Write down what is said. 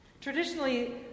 Traditionally